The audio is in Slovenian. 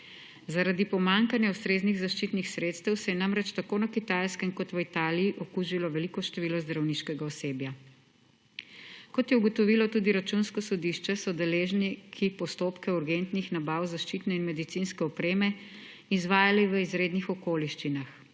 Zaradi pomanjkanja ustreznih zaščitnih sredstev se je namreč tako na Kitajskem kot v Italiji okužilo veliko število zdravniškega osebja. Kot je ugotovilo tudi Računsko sodišče, so deležniki postopke urgentnih nabav zaščitne in medicinske opreme izvajali v izrednih okoliščinah,